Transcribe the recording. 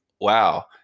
wow